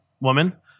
woman